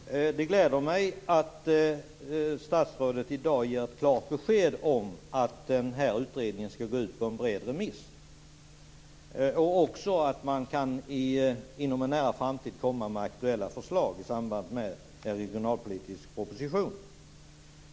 Herr talman! Det gläder mig att statsrådet i dag ger ett klart besked om att utredningen skall skickas ut på remiss och att det i en nära framtid, i samband med den regionalpolitiska propositionen, går bra att lägga fram förslag.